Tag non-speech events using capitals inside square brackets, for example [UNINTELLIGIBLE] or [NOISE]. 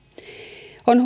on [UNINTELLIGIBLE]